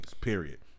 period